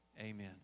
Amen